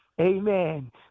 Amen